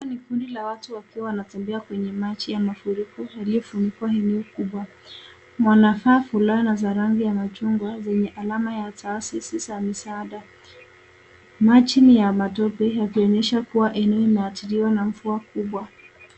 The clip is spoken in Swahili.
Hawa ni kundi la watu wakiwa wanatembea kwenye maji ya mafuriko yaliyofunika eneo kubwa. Wanavaa fulana za rangi ya machungwa zenye alama ya taasisi za misaada. Maji ni ya matope yakionyesha kuwa eneo limeathiriwa na mvua kubwa.